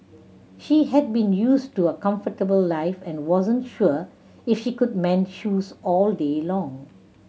she had been used to a comfortable life and wasn't sure if she could mend shoes all day long